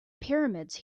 pyramids